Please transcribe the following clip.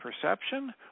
perception